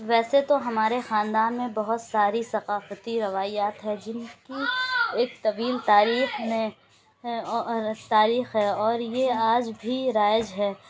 ویسے تو ہمارے خاندان میں بہت ساری ثقافتی روایات ہے جن کی ایک طویل تاریخ میں تاریخ ہے اور یہ آج بھی رائج ہے